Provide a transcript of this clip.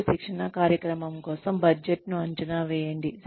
మరియు శిక్షణా కార్యక్రమం కోసం బడ్జెట్ను అంచనా వేయండి